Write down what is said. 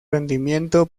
rendimiento